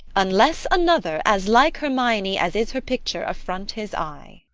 unless another, as like hermione as is her picture, affront his eye.